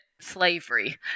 slavery